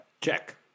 check